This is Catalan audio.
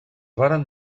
varen